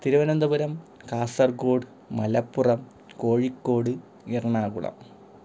Thiruvananthapuram Kasaragod Malappuram Kozhikode Ernakulam